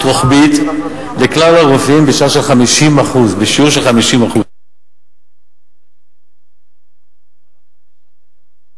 רוחבית לכלל הרופאים בשיעור של 50%. במהלך תשעת חודשי המשא-ומתן